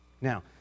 Now